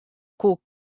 koe